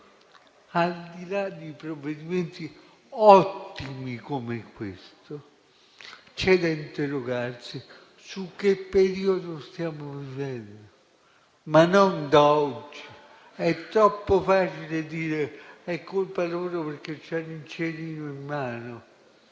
al di là di provvedimenti ottimi come quello oggi in discussione, c'è da interrogarsi su che periodo stiamo vivendo e non da oggi. È troppo facile dire che è colpa loro, perché hanno il cerino in mano.